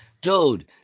Dude